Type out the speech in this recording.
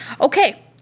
Okay